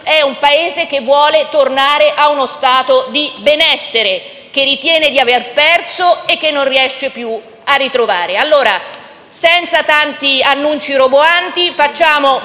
il Paese: tornare a quello stato di benessere che ritiene di aver perso e che non riesce più a ritrovare. Senza tanti annunci roboanti, facciamo